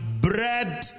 bread